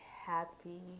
happy